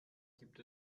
gibt